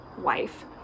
wife